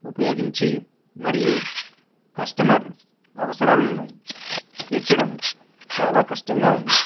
ఉపయోగించి మరియు కస్టమర్ అవసరాలను తీర్చడం చాలా కష్టంగా ఉంది